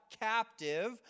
captive